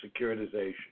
securitization